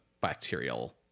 bacterial